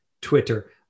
Twitter